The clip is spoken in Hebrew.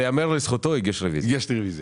ייאמר לזכותו שיש רוויזיה.